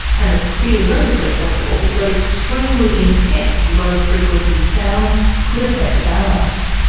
and it's theoretically possible that extremely intense low frequency sound could affect balance.